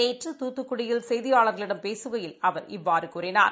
நேற்று தூத்துக்குடியில் செய்தியாளர்களிடம் பேசுகையில் அவர் இவ்வாறுகூறினார்